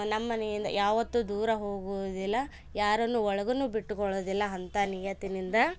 ನಮ್ಮನೆಯಿಂದ ಯಾವತ್ತು ದೂರ ಹೋಗುವುದಿಲ್ಲ ಯಾರನ್ನು ಒಳ್ಗೂ ಬಿಟ್ಟುಕೊಳ್ಳೋದಿಲ್ಲ ಅಂತಹ ನಿಯತ್ತಿನಿಂದ